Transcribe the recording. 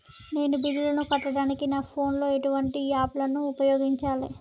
నేను బిల్లులను కట్టడానికి నా ఫోన్ లో ఎటువంటి యాప్ లను ఉపయోగించాలే?